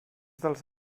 dels